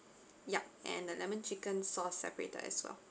yup and the lemon chicken sauce separated as well